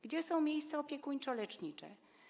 Gdzie są miejsca opiekuńczo-lecznicze?